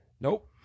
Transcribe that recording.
Nope